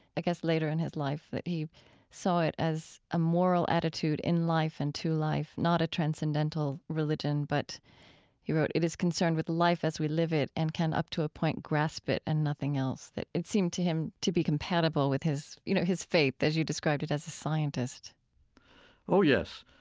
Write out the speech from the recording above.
i guess, later in his life. that he saw it as a moral attitude in life and to life, not a transcendental religion. but he wrote, it is concerned with life as we live it and can, up to a point, grasp it and nothing else. it seemed to him to be compatible with his, you know, his faith, as you described it, as a scientist oh, yes.